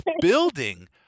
building